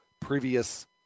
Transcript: Previous